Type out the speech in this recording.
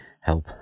help